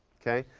okay.